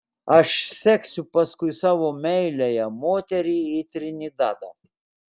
aš seksiu paskui savo meiliąją moterį į trinidadą